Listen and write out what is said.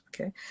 okay